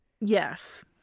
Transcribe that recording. Yes